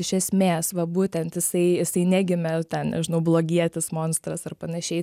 iš esmės va būtent jisai jisai negimė ten nežinau blogietis monstras ar panašiai